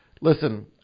listen